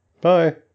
Bye